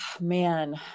man